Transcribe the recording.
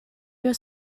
your